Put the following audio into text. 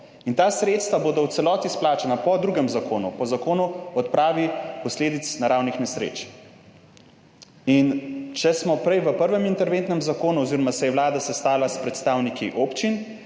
In ta sredstva bodo v celoti izplačana po drugem zakonu, po Zakonu o odpravi posledic naravnih nesreč. In, če smo prej v prvem interventnem zakonu oziroma se je Vlada sestala s predstavniki občin